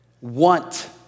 want